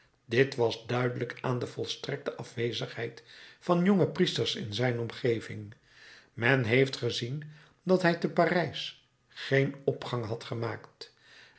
dit was duidelijk aan de volstrekte afwezigheid van jonge priesters in zijn omgeving men heeft gezien dat hij te parijs geen opgang had gemaakt